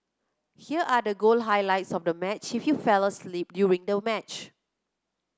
here are the goal highlights of the match if you fell asleep during the match